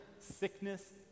sickness